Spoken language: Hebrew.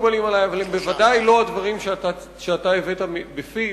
הם בוודאי לא הדברים שאתה הבאת מפיו.